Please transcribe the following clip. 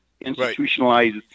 institutionalized